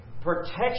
Protection